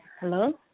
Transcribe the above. hello